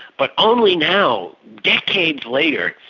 but only now, decades later,